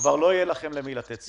כבר לא יהיה לכם למי לתת סיוע.